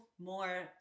more